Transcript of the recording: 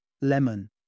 lemon